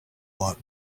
lot